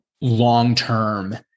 long-term